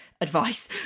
advice